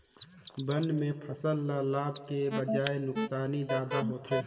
बन में फसल ल लाभ के बजाए नुकसानी जादा होथे